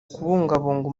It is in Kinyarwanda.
kubungabunga